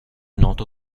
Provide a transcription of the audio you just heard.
noto